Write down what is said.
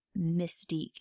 mystique